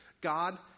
God